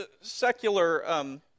secular